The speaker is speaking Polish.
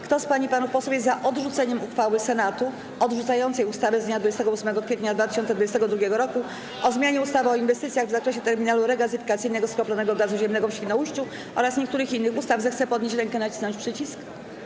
Kto z pań i panów posłów jest za odrzuceniem uchwały Senatu odrzucającej ustawę z dnia 28 kwietnia 2022 r. o zmianie ustawy o inwestycjach w zakresie terminalu regazyfikacyjnego skroplonego gazu ziemnego w Świnoujściu oraz niektórych innych ustaw, zechce podnieść rękę i nacisnąć przycisk.